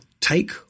Take